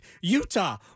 Utah